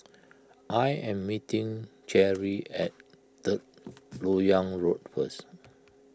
I am meeting Cherri at Third Lok Yang Road first